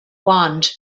wand